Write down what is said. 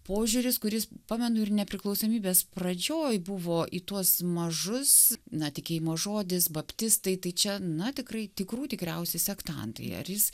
požiūris kuris pamenu ir nepriklausomybės pradžioj buvo į tuos mažus na tikėjimo žodis baptistai tai čia na tikrai tikrų tikriausi sektantai ar jis